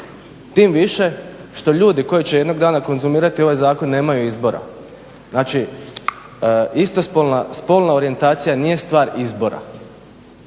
Tim više što ljudi koji će jednoga dana konzumirati ovaj Zakon nemaju izbora. Znači istospolna, spolna orijentacija nije stvar izbora